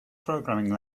programming